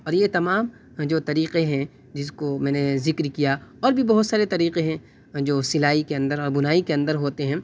اور یہ تمام جو طریقے ہیں جس کو میں نے ذکر کیا اور بھی بہت سارے طریقے ہیں جو سلائی کے اندر بنائی کے اندر ہوتے ہیں